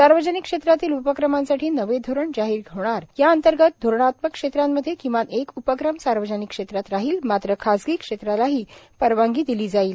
सार्वजनिक क्षेत्रातील उपक्रमांसाठी नवे धोरण जाहीर होणार या अंतर्गत धोरणात्मक क्षेत्रांमध्ये किमान एक उपक्रम सार्वजनिक क्षेत्रात राहील मात्र खाजगी क्षेत्रालाही परवानगी दिली जाईल